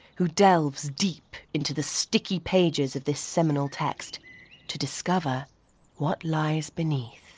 who delves deep into the sticky pages of this seminal text to discover what lies beneath.